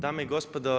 Dame i gospodo.